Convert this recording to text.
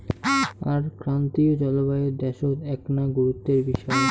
আর ক্রান্তীয় জলবায়ুর দ্যাশত এ্যাকনা গুরুত্বের বিষয়